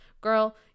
girl